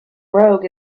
rogue